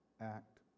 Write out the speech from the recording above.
act